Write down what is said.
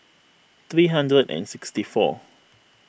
three hundred and sixty four